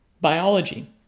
biology